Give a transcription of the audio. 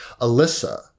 Alyssa